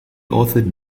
authored